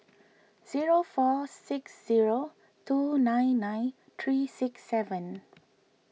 zero four six zero two nine nine three six seven